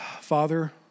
Father